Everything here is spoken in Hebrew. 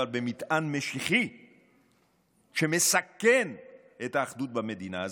אבל במטען משיחי שמסכן את האחדות במדינה הזאת,